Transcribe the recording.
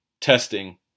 testing